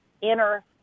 inner